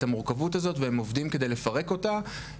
המורכבות הזו והם עובדים כדי לפרק אותה.